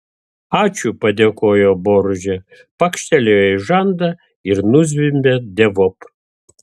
ačiū padėkojo boružė pakštelėjo į žandą ir nuzvimbė dievop